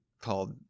called